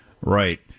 Right